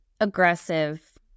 aggressive